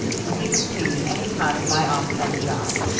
when he can see me any time at my office on the job?